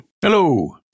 Hello